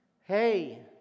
Hey